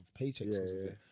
paychecks